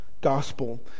gospel